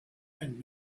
and